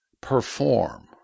Perform